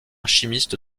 chimiste